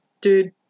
dude